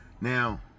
Now